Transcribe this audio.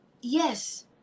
yes